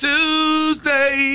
Tuesday